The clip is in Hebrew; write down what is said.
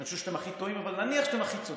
אני חושב שאתם הכי טועים אבל נניח שאתם הכי צודקים,